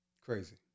Crazy